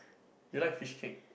you like fish cake